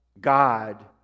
God